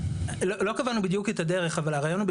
לא קבענו בדיוק את הדרך אבל הרעיון הוא,